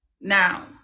Now